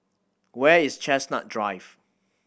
where is Chestnut Drive